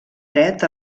dret